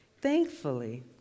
Thankfully